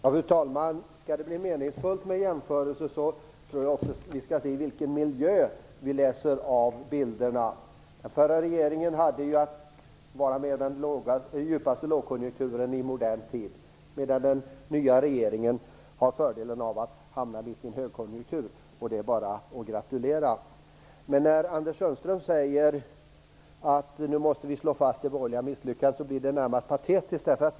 Fru talman! Skall det bli meningsfullt med jämförelser tror jag också att vi skall se i vilken miljö vi läser av bilderna. Under den förra regeringen hade vi den djupaste lågkonjunkturen i modern tid. Den nya regeringen har haft fördelen av att hamna i mitt i en högkonjunktur. Det är bara att gratulera. När Anders Sundström säger att vi måste slå fast det borgerliga misslyckandet blir det närmast patetiskt.